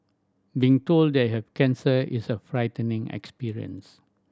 being told that have cancer is a frightening experience